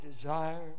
desire